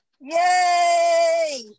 Yay